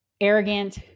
arrogant